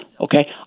okay